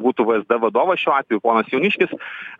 būtų vzd vadovas šiuo atveju ponas jauniškis